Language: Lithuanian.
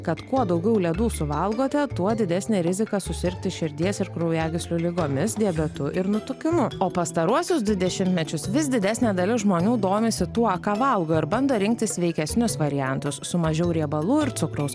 kad kuo daugiau ledų suvalgote tuo didesnė rizika susirgti širdies ir kraujagyslių ligomis diabetu ir nutukimu o pastaruosius du dešimtmečius vis didesnė dalis žmonių domisi tuo ką valgo ir bando rinktis sveikesnius variantus su mažiau riebalų ir cukraus